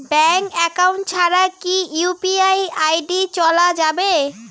Bank account ছাড়া কি UPI ID চোলা যাবে?